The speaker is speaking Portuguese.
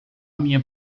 minha